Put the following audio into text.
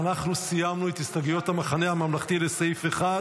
אנחנו סיימנו את הסתייגויות המחנה הממלכתי לסעיף 1,